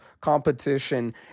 competition